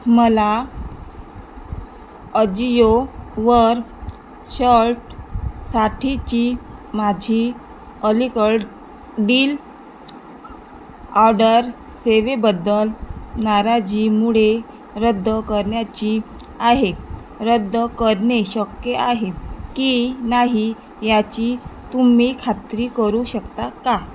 मला अजियोवर शर्टसाठीची माझी अलीकडील ऑडर सेवेबद्दल नाराजीमुळे रद्द करण्याची आहे रद्द करणे शक्य आहे की नाही याची तुम्ही खात्री करू शकता का